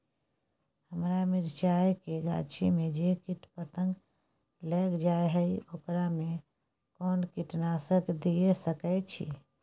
हमरा मिर्चाय के गाछी में जे कीट पतंग लैग जाय है ओकरा में कोन कीटनासक दिय सकै छी?